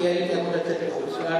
כי אני הייתי אמור לצאת לחוץ-לארץ,